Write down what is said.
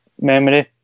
memory